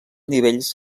nivells